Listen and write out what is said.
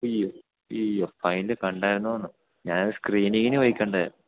അയ്യോ അയ്യയ്യോ ഫൈനല് കണ്ടായിരുന്നുവോയെന്ന് ഞാനത് സ്ക്രീനിങ്ങിനു പോയി കണ്ടതാണ്